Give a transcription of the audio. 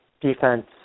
defense